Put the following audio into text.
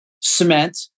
cement